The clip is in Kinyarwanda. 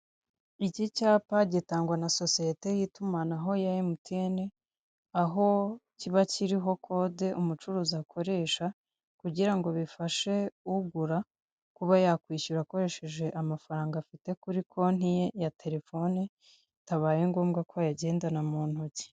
Iki cyapa gitangwa na sosiyete y'itumanaho ya emutiyene, aho kiba kiriho kode umucuruzi akoresha kugira ngo bifashe ugura kuba yakwishyura akoresheje amafaranga afite kuri konti ye ya telefone, bitabaye ngombwa ko yagendana mu ntoki.